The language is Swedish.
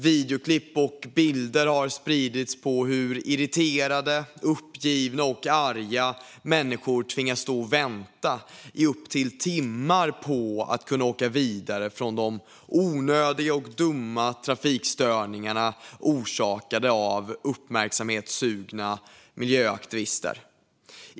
Videoklipp och bilder har spridits på hur irriterade, uppgivna och arga människor har tvingats stå och vänta i ibland timmar på att kunna åka vidare från de onödiga och dumma trafikstörningarna orsakade av uppmärksamhetssugna miljöaktivister.